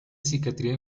psiquiatría